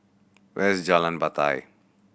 where is Jalan Batai